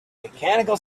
mechanical